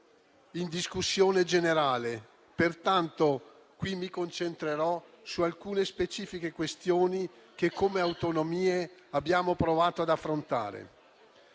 di discussione generale, pertanto ora mi concentrerò su alcune specifiche questioni che come autonomie abbiamo provato ad affrontare.